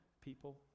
people